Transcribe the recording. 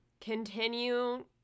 continue